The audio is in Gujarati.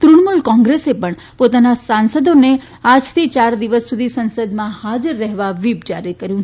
તૃણમુલ કોંગ્રેસે પણ પોતાના સાંસદોને આજથી ચાર દિવસ સુધી સંસદમાં હાજર રહેવા વ્હીપ જારી કર્યું છે